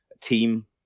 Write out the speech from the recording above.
team